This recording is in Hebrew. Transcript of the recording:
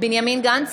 בנימין גנץ,